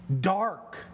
dark